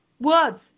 words